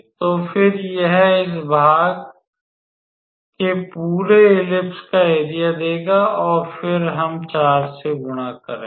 तो फिर यह इस भाग के पूरे दीर्घवृत्त का एरिया देगा और फिर हम 4 से गुणा करेंगे